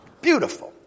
beautiful